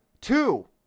two